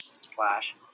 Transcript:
slash